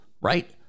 right